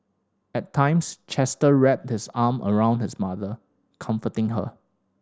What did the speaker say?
at times Chester wrapped this arm around his mother comforting her